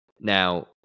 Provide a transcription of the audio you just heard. Now